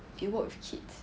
they work with kids